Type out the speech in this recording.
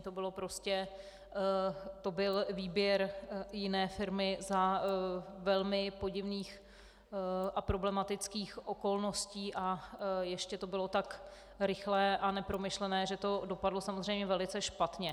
To byl výběr jiné firmy za velmi podivných a problematických okolností a ještě to bylo tak rychlé a nepromyšlené, že to dopadlo samozřejmě velice špatně.